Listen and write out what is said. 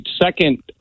second